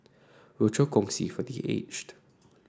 Rochor Kongsi for The Aged